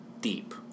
deep